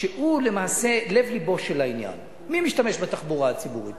שהוא למעשה לב לבו של העניין: מי משתמש בתחבורה הציבורית?